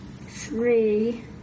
three